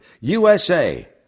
USA